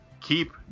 keep